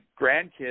grandkids